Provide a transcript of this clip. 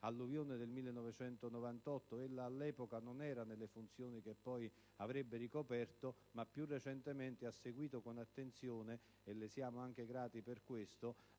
alluvione del 1998. Ella all'epoca non era nelle funzioni che poi avrebbe ricoperto, ma più recentemente ha seguito con attenzione - e le siamo grati anche per questo